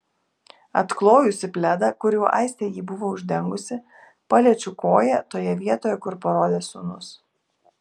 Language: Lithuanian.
atklojusi pledą kuriuo aistė jį buvo uždengusi paliečiu koją toje vietoje kur parodė sūnus